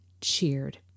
cheered